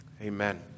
Amen